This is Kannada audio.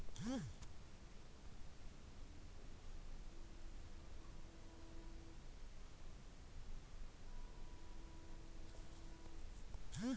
ಬೀಜ ನಾರಲ್ಲಿ ಅಗಸೆಬೀಜ ಚಿಯಾಸೀಡ್ಸ್ ಉದಾಹರಣೆ ಆಗಿದೆ ಈ ನಾರು ಆರೋಗ್ಯಕ್ಕೆ ತುಂಬಾ ಒಳ್ಳೇದು